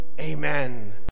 Amen